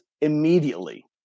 immediately